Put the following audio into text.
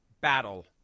battle